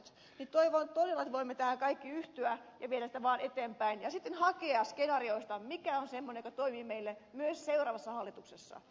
toivon todella että me voimme tähän kaikki yhtyä ja viedä tätä asiaa vaan eteenpäin ja sitten hakea skenaarioista mikä on semmoinen joka toimii meillä myös seuraavassa hallituksessa